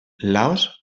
laos